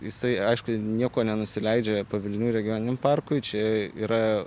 jisai aišku niekuo nenusileidžia pavilnių regioniniam parkui čia yra